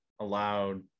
allowed